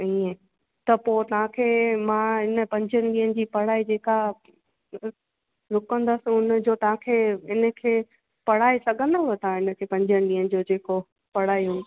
त ईअं त पोइ तव्हांखे मां इन पंजनि ॾींहंनि जी पढ़ाई जेका रूकंदसि हुन जो तव्हांखे इन खे पढ़ाए सघंदव तव्हां इन खे पंजनि ॾींहंनि जो जेको पढ़ाई हूंदी